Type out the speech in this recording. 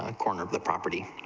and corner of the property